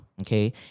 Okay